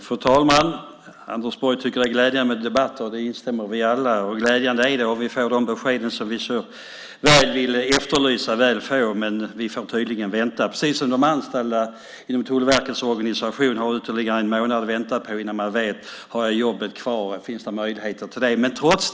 Fru talman! Anders Borg tycker att det är glädjande med debatter, och det instämmer vi alla i. Det är också glädjande om vi får de besked som vi efterlyser och så väl vill ha. Men vi får tydligen vänta, precis som de anställda inom Tullverkets organisation får vänta ytterligare en månad innan de vet om de har jobbet kvar och vilka möjligheter som finns.